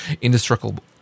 Indestructible